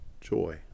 joy